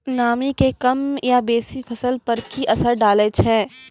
नामी के कम या बेसी फसल पर की असर डाले छै?